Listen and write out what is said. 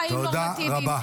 חיים נורמטיביים.